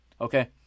okay